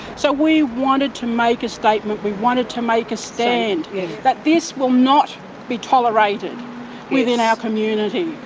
so we wanted to make a statement, we wanted to make a stand that this will not be tolerated within our community,